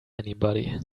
anybody